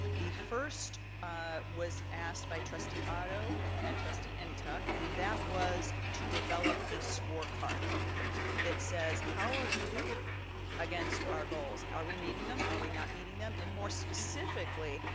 the first was asked by trustee otto and trustee and ntuk. and that was to develop a score card that says how are we doing against our goals? are we meeting them, are we not meeting them? and more specifically,